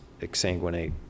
exsanguinate